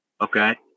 Okay